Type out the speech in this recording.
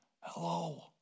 hello